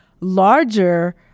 larger